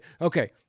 okay